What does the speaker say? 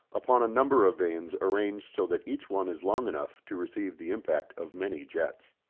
upon a number of vanes arranged so that each one is long enough to receive the impact of many jets.